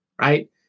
right